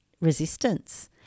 resistance